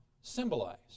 symbolize